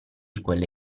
quelle